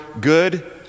good